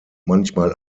manchmal